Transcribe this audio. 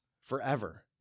forever